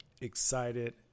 excited